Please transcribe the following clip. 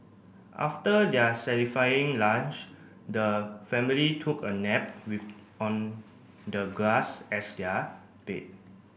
after their satisfying lunch the family took a nap with on the grass as their bed